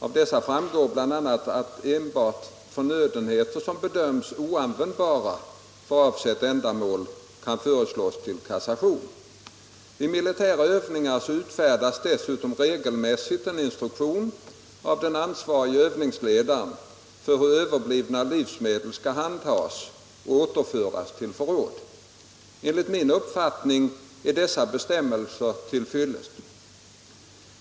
Av dessa framgår bl.a. att enbart förnödenheter som bedöms oanvändbara för avsett ändamål kan föreslås till kassation. Vid militära övningar utfärdas dessutom regelmässigt en instruktion av den ansvarige övningsledaren för hur överblivna livsmedel skall handhas och återlämnas till förråd. Enligt min uppfattning är dessa bestämmelser till fyllest.